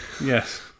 Yes